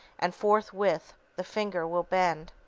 and forthwith the finger will bend.